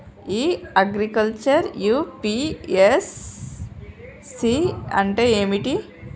ఇ agriculture UPSC అంటే ఏమిటి?